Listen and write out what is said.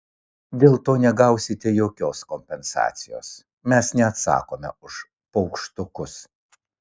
dėl to negausite jokios kompensacijos mes neatsakome už paukštukus